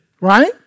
right